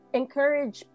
encourage